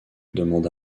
demanda